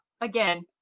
again